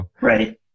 Right